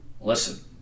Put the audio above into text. Listen